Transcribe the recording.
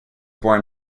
born